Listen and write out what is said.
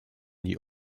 die